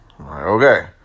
okay